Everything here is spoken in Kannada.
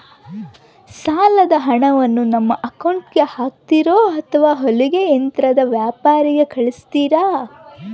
ಸಾಲದ ಹಣವನ್ನು ನಮ್ಮ ಅಕೌಂಟಿಗೆ ಹಾಕ್ತಿರೋ ಅಥವಾ ಹೊಲಿಗೆ ಯಂತ್ರದ ವ್ಯಾಪಾರಿಗೆ ಕಳಿಸ್ತಿರಾ?